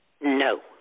no